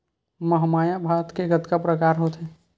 महमाया भात के कतका प्रकार होथे?